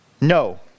No